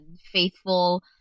faithful